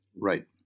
Right